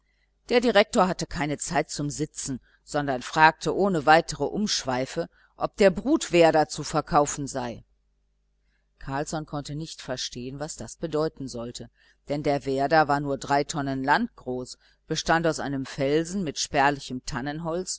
der direktor hatte keine zeit zum sitzen sondern fragte ohne weitere umschweife ob der brutwerder zu verkaufen sei carlsson konnte nicht verstehen was das bedeuten sollte denn der werder war nur drei tonnen land groß bestand aus einem felsen mit spärlichem tannenholz